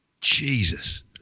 Jesus